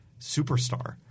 superstar